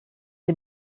sie